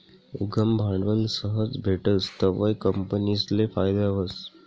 उद्यम भांडवल सहज भेटस तवंय कंपनीसले फायदा व्हस